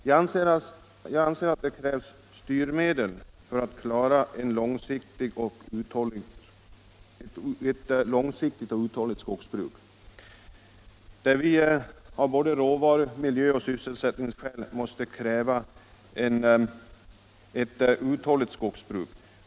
Jag anser att det krävs styrmedel för att klara ett långsiktigt och uthålligt skogsbruk, där vi såväl av råvaruoch m'iljöskäl som av sysselsättningsskäl måste kräva ett uthålligt skogsbruk.